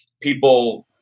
people